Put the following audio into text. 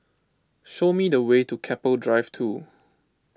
show me the way to Keppel Drive two